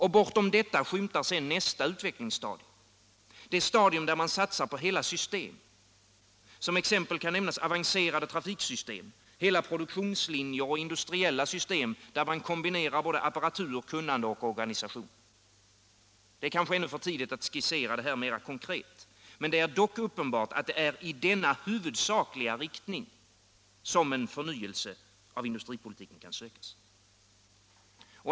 Bortom detta skymtar nästa utvecklingsstadium, det stadium där man satsar på hela system. Som exempel kan nämnas avancerade trafiksystem, hela produktionslinjer och industriella system där man kombinerar både apparatur, kunnande och organisation. Det är kanske ännu för tidigt att skissera detta mer konkret. Men det är helt uppenbart att det är i denna huvudsakliga riktning som en förnyelse av industripolitiken kan sökas.